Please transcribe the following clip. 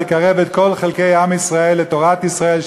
לקרב את כל חלקי עם ישראל לתורת ישראל.